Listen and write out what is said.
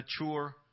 mature